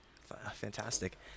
Fantastic